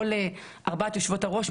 כל ארבע יושבות הראש,